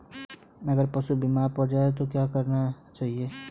अगर पशु बीमार पड़ जाय तो क्या करना चाहिए?